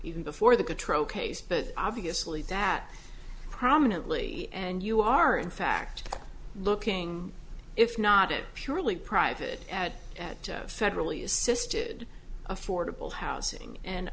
even before the contro case but obviously that prominently and you are in fact looking if not it purely private federally assisted affordable housing and